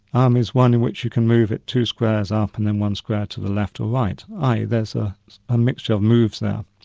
um is one in which you can move it two squares up and then one square to the left or right, i. e. there's a ah mixture of moves there.